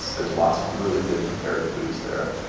there's lots of really good prepared foods there.